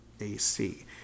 ac